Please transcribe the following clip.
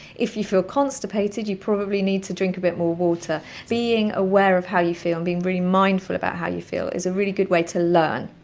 if you feel constipated you probably need to drink a bit more water being aware of how you feel and being really mindful about how you feel is a really good way to learn.